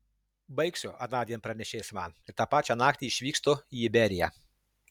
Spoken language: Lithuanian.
baigsiu anądien pranešė jis man ir tą pačią naktį išvykstu į iberiją